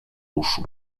uszu